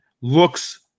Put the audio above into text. looks